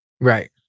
Right